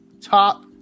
top